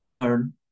learn